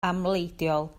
amhleidiol